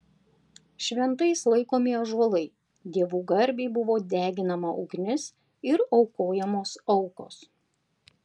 šventais laikomi ąžuolai dievų garbei buvo deginama ugnis ir aukojamos aukos